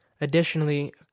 Additionally